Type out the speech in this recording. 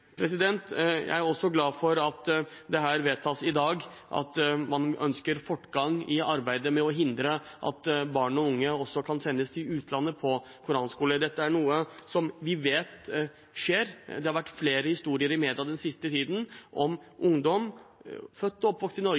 Jeg er også glad for at det vedtas i dag at man ønsker fortgang i arbeidet med å hindre at barn og unge også kan sendes til utlandet på koranskole. Dette er noe vi vet skjer. Det har vært flere historier i media den siste tiden om ungdom, født og oppvokst i Norge,